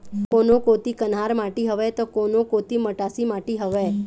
कोनो कोती कन्हार माटी हवय त, कोनो कोती मटासी माटी हवय